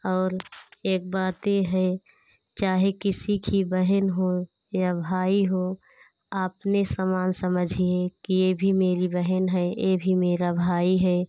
और एक बात ये है चाहे किसी की बहन हो या भाई हो आपने समान समझिए कि ये भी मेरी बहन है ये भी मेरा भाई है